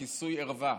כיסוי ערווה.